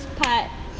part